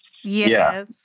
Yes